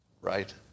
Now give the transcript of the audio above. right